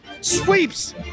sweeps